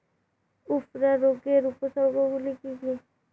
উফরা রোগের উপসর্গগুলি কি কি?